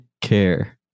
care